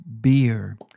beer